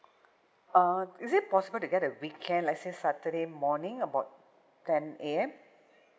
uh is it possible to get a weekend let's say saturday morning about ten A_M